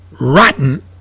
rotten